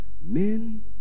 Men